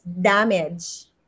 damage